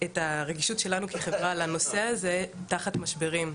הרגישות שלנו כחברה לנושא הזה תחת משברים.